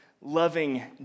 loving